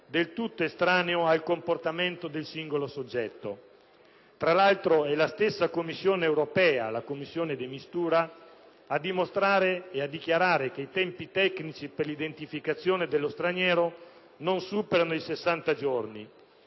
del tutto estraneo al comportamento del singolo soggetto. Tra l'altro, è la stessa commissione De Mistura a dimostrare e a dichiarare che i tempi tecnici per l'identificazione dello straniero non superano i 60 giorni.